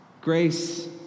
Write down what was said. grace